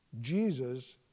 Jesus